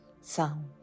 sound